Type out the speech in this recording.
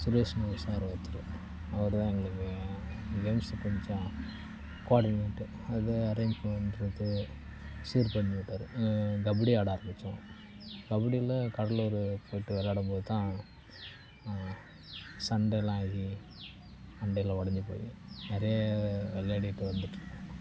சுரேஷ்னு ஒரு சார் ஒருத்தர் அவர்தான் எங்களுக்கு கேம்ஸ் கொஞ்சம் கோஆர்டினேடர் அதாவது அரேஞ்ச் பண்ணறது சரி பண்ணிவிட்டாரு கபடி ஆட ஆரமித்தோம் கபடியில் கடலூர் போய்ட்டு விளாடும்போதுதான் சண்டையெலாம் ஆகி மண்டையெல்லாம் உடஞ்சி போய் நிறைய விளையாடிட்டு வந்துட்டு இருக்கோம்